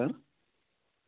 sir